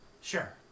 Sure